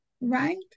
Right